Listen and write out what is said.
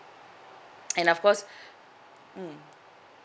and of course mm